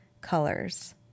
colors